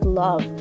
love